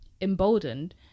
Emboldened